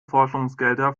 forschungsgelder